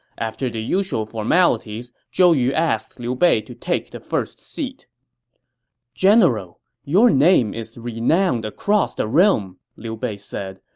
after the usual formalities, zhou yu asked liu bei to take the first seat general, your name is renowned across the realm, liu bei said.